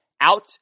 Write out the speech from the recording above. out